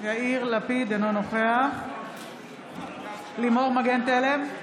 לפיד, אינו נוכח לימור מגן תלם,